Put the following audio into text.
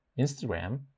instagram